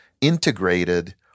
integrated